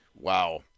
Wow